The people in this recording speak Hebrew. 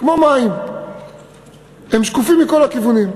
הם שקופים מכל הכיוונים.